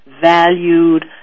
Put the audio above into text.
valued